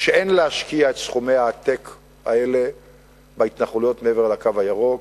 שאין להשקיע את סכומי העתק האלה בהתנחלויות מעבר ל"קו הירוק",